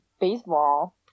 baseball